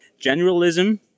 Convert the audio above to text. generalism